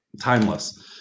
timeless